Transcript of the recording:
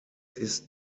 ist